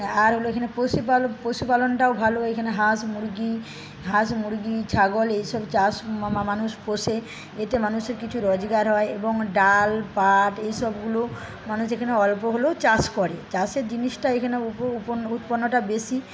আর হল এখানে পশুপালন পশুপালনটাও ভালো এখানে হাঁস মুরগি হাঁস মুরগি ছাগল এইসব চাষ মানুষ পোষে এতে মানুষের কিছু রোজগার হয় এবং ডাল পাট এইসবগুলো মানুষ এখানে অল্প হলেও চাষ করে চাষের জিনিসটা এইখানে উৎপন্নটা বেশি